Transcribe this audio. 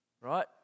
right